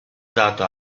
dato